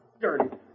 Dirty